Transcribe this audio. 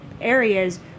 areas